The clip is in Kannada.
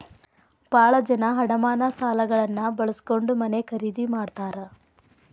ಭಾಳ ಜನ ಅಡಮಾನ ಸಾಲಗಳನ್ನ ಬಳಸ್ಕೊಂಡ್ ಮನೆ ಖರೇದಿ ಮಾಡ್ತಾರಾ